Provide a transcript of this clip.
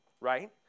right